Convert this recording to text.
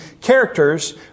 characters